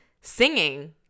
singing